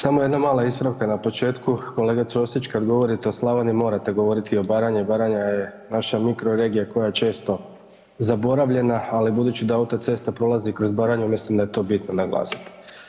Samo jedna mala ispravka na početku, kolega Ćosić kad govorite o Slavoniji morate govorit i o Baranji, Baranja je naša mikro regija koja je često zaboravljena, ali budući da autocesta prolazi kroz Baranju mislim da je to bitno naglasiti.